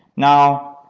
now,